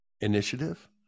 Initiative